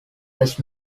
does